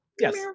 Yes